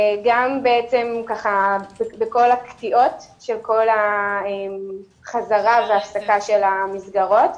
גם בעצם בכל הקטיעות של כל החזרה וההפסקה של המסגרות,